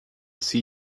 see